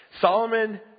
Solomon